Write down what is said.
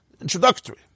Introductory